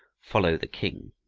follow the king.